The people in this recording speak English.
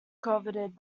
coveted